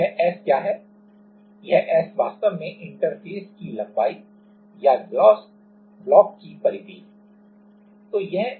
यह S क्या है यह S वास्तव में इंटरफ़ेस की लंबाई या ग्लास ब्लॉक की परिधि है